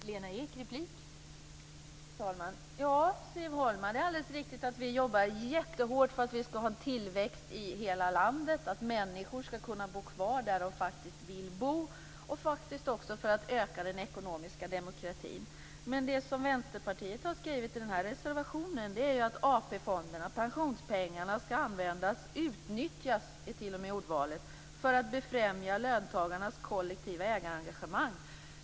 Fru talman! Ja, Siv Holma, det är alldeles riktigt att vi jobbar jättehårt för att vi skall ha tillväxt i hela landet och för att människor skall kunna bo kvar där de faktiskt vill bo och faktiskt också för att öka den ekonomiska demokratin. Men det som Vänsterpartiet har skrivit i denna reservation är ju att AP-fonderna, pensionspengarna, skall användas - man använder t.o.m. ordet utnyttjas - för att befrämja löntagarnas kollektiva ägarengagemang.